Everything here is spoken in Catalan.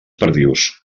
perdius